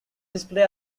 display